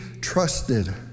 trusted